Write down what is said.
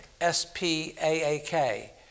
S-P-A-A-K